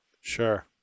Sure